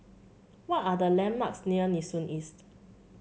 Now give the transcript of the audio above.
what are the landmarks near Nee Soon East